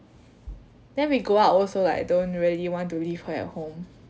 then we go out also like don't really want to leave her at home